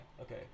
Okay